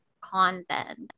content